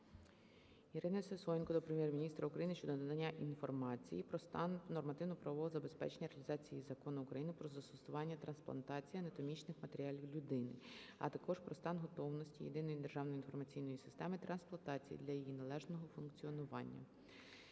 Ірини Сисоєнко до Прем'єр-міністра України щодо надання інформації про стан нормативно-правового забезпечення реалізації Закону України "Про застосування трансплантації анатомічних матеріалів людині", а також про стан готовності Єдиної державної інформаційної системи трансплантації для її належного функціонування.